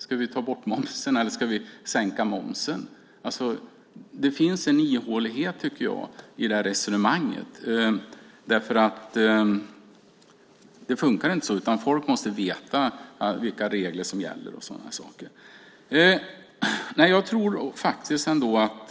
Ska vi ta bort momsen eller sänka momsen? Det finns en ihålighet i resonemanget. Det fungerar inte så. Folk måste veta vilka regler som gäller. Jag tror att